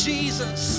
Jesus